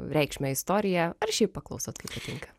reikšmę istoriją ar šiaip paklausot kai patinka